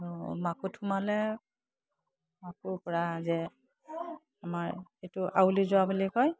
মাকো সোমালে মাকুৰ পৰা যে আমাৰ এইটো আৱলি যোৱা বুলি কয়